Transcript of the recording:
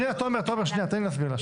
תומר, שנייה, תן לי להסביר לה.